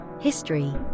history